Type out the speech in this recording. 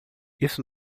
isso